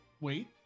Wait